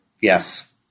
Yes